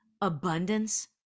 abundance